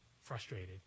frustrated